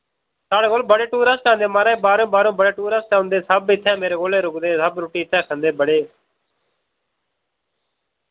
साढ़े कोल बड़े टूरिस्ट आंदे माराज बाह्रो बाह्रो बड़े टूरिस्ट औंदे सब इत्थै मेरे कोल ऐ रुकदे सब रुट्टी इत्थै खंदे बड़े